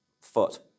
foot